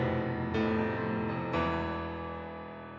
and